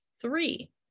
Three